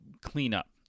cleanup